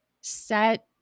set